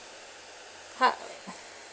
ha